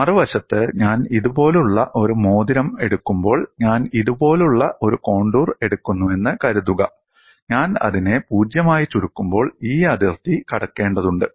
മറുവശത്ത് ഞാൻ ഇതുപോലുള്ള ഒരു മോതിരം എടുക്കുമ്പോൾ ഞാൻ ഇതുപോലുള്ള ഒരു കോണ്ടൂർ എടുക്കുന്നുവെന്ന് കരുതുക ഞാൻ അതിനെ പൂജ്യമായി ചുരുക്കുമ്പോൾ ഈ അതിർത്തി കടക്കേണ്ടതുണ്ട്